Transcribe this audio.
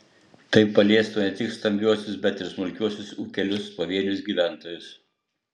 tai paliestų ne tik stambiuosius bet ir smulkiuosius ūkelius pavienius gyventojus